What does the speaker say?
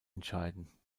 entscheiden